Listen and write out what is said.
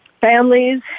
families